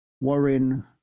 Warren